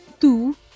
two